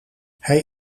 hij